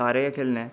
सारे खेढने